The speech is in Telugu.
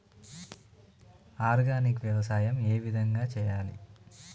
ఆర్గానిక్ వ్యవసాయం ఏ విధంగా చేయాలి?